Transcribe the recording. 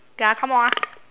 okay ah I come out ah